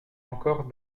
encore